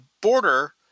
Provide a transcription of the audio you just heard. border